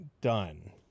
done